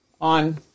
on